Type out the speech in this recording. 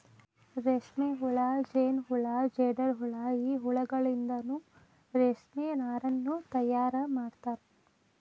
ರೇಷ್ಮೆಹುಳ ಜೇನಹುಳ ಜೇಡರಹುಳ ಈ ಹುಳಗಳಿಂದನು ರೇಷ್ಮೆ ನಾರನ್ನು ತಯಾರ್ ಮಾಡ್ತಾರ